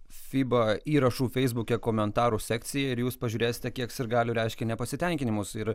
fiba įrašų feisbuke komentarų sekciją ir jūs pažiūrėsite kiek sirgalių reiškia nepasitenkinimus ir